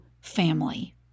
family